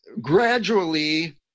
gradually